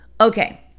Okay